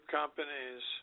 companies